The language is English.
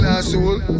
asshole